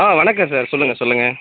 ஆ வணக்கம் சார் சொல்லுங்கள் சொல்லுங்கள்